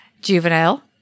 juvenile